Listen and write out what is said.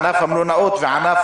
ענף המלונאות וענף